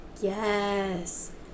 Yes